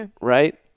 right